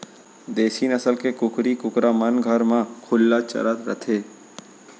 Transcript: देसी नसल के कुकरी कुकरा मन घर म खुल्ला चरत रथें